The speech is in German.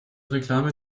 reklame